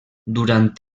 durant